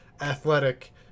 athletic